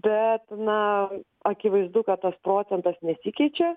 bet na akivaizdu kad tas procentas nesikeičia